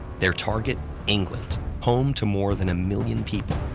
their target england, home to more than a million people.